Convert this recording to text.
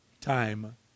time